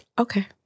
okay